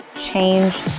change